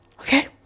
Okay